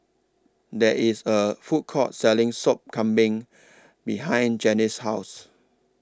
There IS A Food Court Selling Sop Kambing behind Janie's House